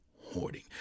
Hoarding